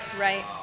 Right